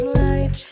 life